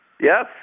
Yes